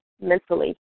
mentally